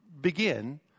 begin